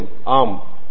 பேராசிரியர் அபிஜித் பி